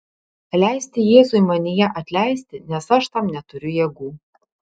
leisti jėzui manyje atleisti nes aš tam neturiu jėgų